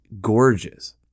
gorgeous